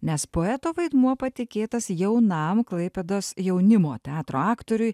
nes poeto vaidmuo patikėtas jaunam klaipėdos jaunimo teatro aktoriui